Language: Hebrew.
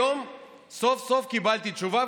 היום סוף-סוף קיבלתי תשובה,